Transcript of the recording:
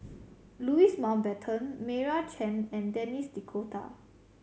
Louis Mountbatten Meira Chand and Denis D'Cotta